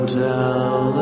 tell